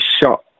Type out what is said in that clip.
shot